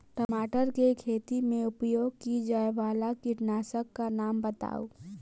टमाटर केँ खेती मे उपयोग की जायवला कीटनासक कऽ नाम बताऊ?